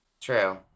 True